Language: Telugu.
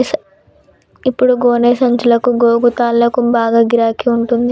ఇప్పుడు గోనె సంచులకు, గోగు తాళ్లకు బాగా గిరాకి ఉంటంది